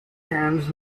hands